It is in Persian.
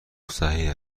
صحیح